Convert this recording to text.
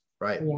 right